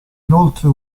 inoltre